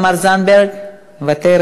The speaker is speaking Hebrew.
חברת הכנסת תמר זנדברג, מוותרת.